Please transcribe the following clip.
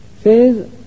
Says